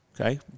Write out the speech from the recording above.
okay